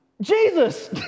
Jesus